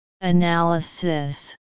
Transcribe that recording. Analysis